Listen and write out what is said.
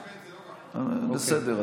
בסדר.